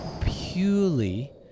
Purely